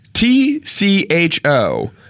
T-C-H-O